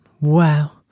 Wow